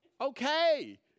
okay